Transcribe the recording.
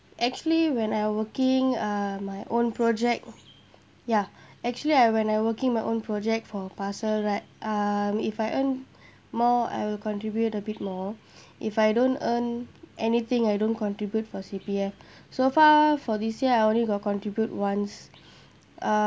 actually when I working uh my own project ya actually I when I working my own project for parcel right um if I earn more I will contribute a bit more if I don't earn anything I don't contribute for C_P_F so far for this year I only got contribute once uh